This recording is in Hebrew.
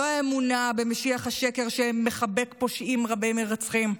לא האמונה במשיח השקר שמחבק פושעים רבי-מרצחים,